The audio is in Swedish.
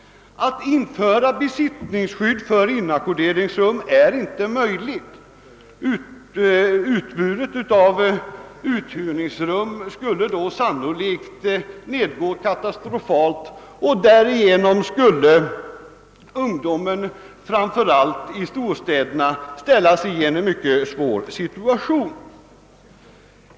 Att införa besittningsskydd för inackorderingsrum är inte möjligt. Utbudet av uthyrningsrum skulle sannolikt nedgå katastrofalt, och därigenom skulle ungdomen, framför allt i storstäderna, ställas i en mycket svår situation.